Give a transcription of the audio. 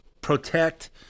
protect